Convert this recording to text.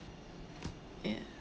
ya